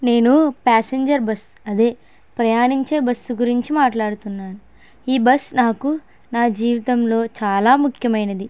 నేను passenger bus అదే ప్రయాణించే బస్సు గురించి మాట్లాడుతున్నాను ఈ బస్ నాకు నా జీవితంలో చాలా ముఖ్యమైనది